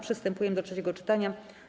Przystępujemy do trzeciego czytania.